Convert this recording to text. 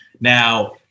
Now